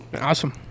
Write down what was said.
Awesome